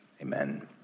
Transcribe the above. Amen